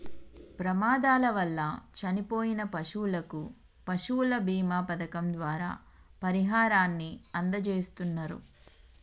ప్రమాదాల వల్ల చనిపోయిన పశువులకు పశువుల బీమా పథకం ద్వారా పరిహారాన్ని అందజేస్తున్నరు